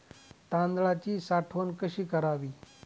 तांदळाची साठवण कशी करावी?